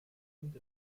und